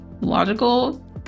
logical